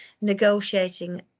negotiating